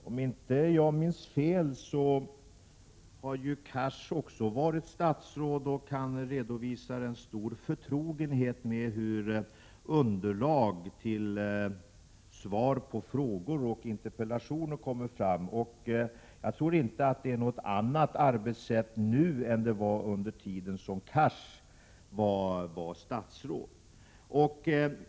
Herr talman! Om jag inte minns fel har Hadar Cars också varit statsråd, och han redovisar en stor förtrogenhet med hur underlag till svar på frågor och interpellationer kommer till. Jag tror inte att det är något annat arbetssätt nu än det var under den tid som Hadar Cars var statsråd.